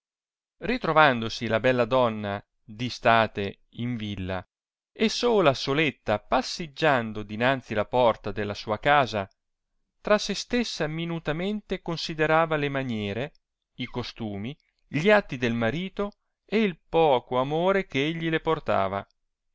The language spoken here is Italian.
ritrovandosi la bella donna di state in villa e sola soletta passiggiando dinanzi la porta della sua casa tra se stessa minutamente considerava le maniere ì costumi gli atti del marito e il poco amore eh egli le portava